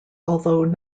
although